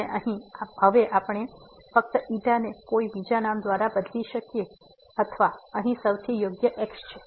અને હવે આપણે ફક્ત ને કોઈ બીજા નામ દ્વારા બદલી શકીએ છીએ અથવા અહીં સૌથી યોગ્ય x છે